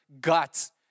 guts